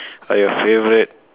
are your favorite